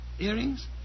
Earrings